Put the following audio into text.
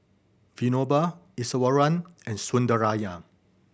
Vinoba Iswaran and Sundaraiah